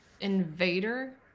Invader